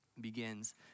begins